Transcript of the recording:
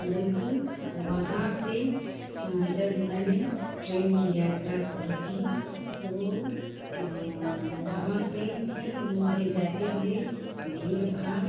लेकिन वहाँ से जब मैंने ट्रेन की यात्रा शुरू की तो वहाँ से भी मुझे जाते हुए भीड़ भाड़